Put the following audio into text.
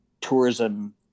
tourism